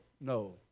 no